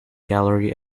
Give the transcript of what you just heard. gallery